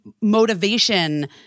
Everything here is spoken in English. motivation